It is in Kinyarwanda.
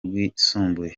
rwisumbuye